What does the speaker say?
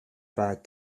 bad